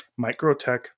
Microtech